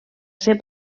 ser